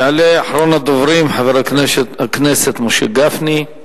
יעלה אחרון הדוברים, חבר הכנסת משה גפני.